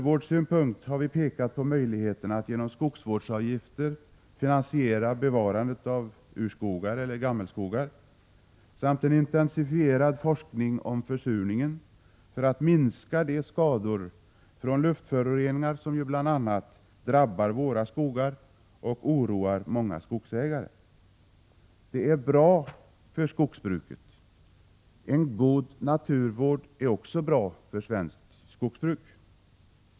Vi har pekat på möjligheterna att genom skogsvårdsavgifter finansiera bevarandet av urskogar eller gammelskogar samt en intensifierad forskning om försurningen för att minska de skador från luftföroreningar som ju bl.a. drabbar våra skogar och oroar många skogsägare. Sådana åtgärder är viktiga ur naturvårdssynpunkt och för skogsbruket.